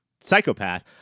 psychopath